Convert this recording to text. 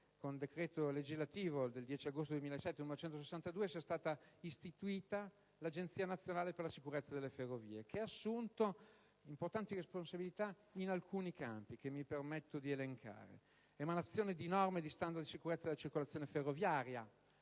il decreto legislativo 10 agosto 2007, n. 162, è stata istituita l'Agenzia nazionale per la sicurezza delle ferrovie, che ha assunto importanti responsabilità in alcuni campi che mi permetto di elencare: emanazione di norme e standard di sicurezza della circolazione ferroviaria;